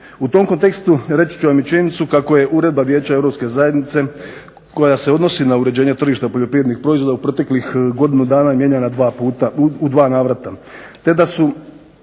U tom kontekstu reći će vam i činjenicu kako je Uredba Vijeća Europske zajednice koja se odnosi na uređenje tržišta poljoprivrednih proizvoda u proteklih godinu dana mijenjana dva puta,